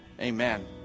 amen